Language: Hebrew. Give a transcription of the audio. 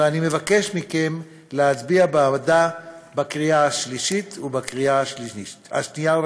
ואני מבקש מכם להצביע בעדה בקריאה השנייה ובקריאה השלישית.